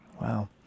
Wow